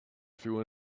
through